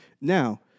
Now